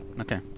Okay